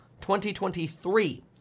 2023